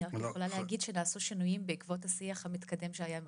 אני רק יכולה להגיד שנעשו שינויים בעקבות השיח המתקדם שהיה עם